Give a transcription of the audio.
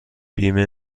بیمه